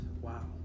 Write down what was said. wow